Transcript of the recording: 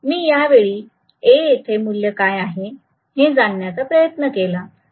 मी यावेळी A येथील मूल्य काय आहे हे जाणण्याचा प्रयत्न केला